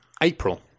april